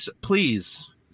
please